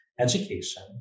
education